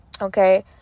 Okay